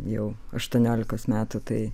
jau aštuoniolikos metų tai